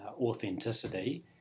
authenticity